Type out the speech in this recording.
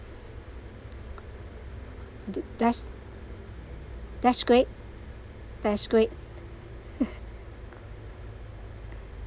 the~ that's that's great that's great